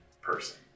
person